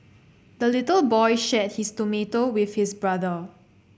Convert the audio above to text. the little boy shared his tomato with his brother